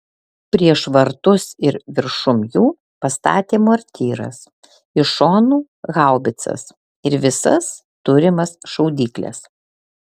prieš vartus ir viršum jų pastatė mortyras iš šonų haubicas ir visas turimas šaudykles